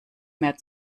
mehr